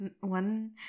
One